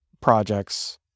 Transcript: projects